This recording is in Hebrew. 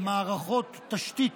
מערכות תשתית,